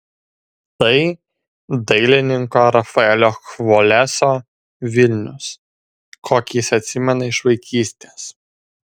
tai dailininko rafaelio chvoleso vilnius kokį jis atsimena iš vaikystės